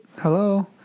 Hello